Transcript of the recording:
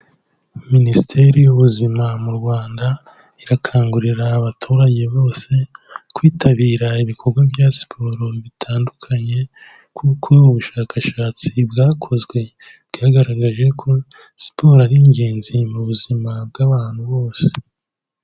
Minisiteri y'Ubuzima mu Rwanda, irakangurira abaturage bose, kwitabira ibikorwa bya siporo bitandukanye kuko ubushakashatsi bwakozwe, bwagaragaje ko siporo ari ingenzi mu buzima bw'abantu bose.